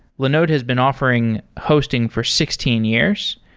linode has been offering hosting for sixteen years,